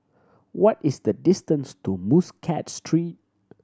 what is the distance to Muscat Street